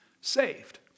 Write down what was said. saved